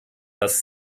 das